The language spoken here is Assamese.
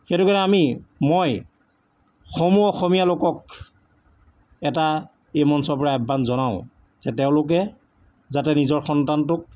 সেইটো কাৰণে আমি মই সমূহ অসমীয়া লোকক এটা এই মঞ্চৰপৰাই আহ্বান জনাওঁ যে তেওঁলোকে যাতে নিজৰ সন্তানটোক